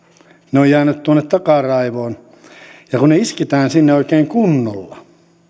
ne ovat jääneet tuonne takaraivoon ja kun ne isketään sinne oikein kunnolla